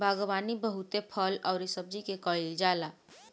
बागवानी बहुते फल अउरी सब्जी के कईल जाला